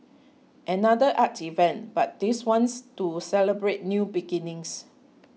another art event but this one's to celebrate new beginnings